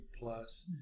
plus